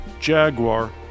Jaguar